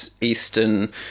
Eastern